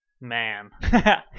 man